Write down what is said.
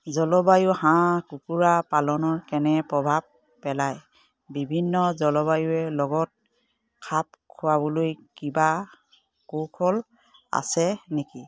জলবায়ু হাঁহ কুকুৰা পালনৰ কেনে প্ৰভাৱ পেলায় বিভিন্ন জলবায়ুৱে লগত খাপ খুৱাবলৈ কিবা কৌশল আছে নেকি